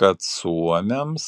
kad suomiams